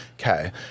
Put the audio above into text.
Okay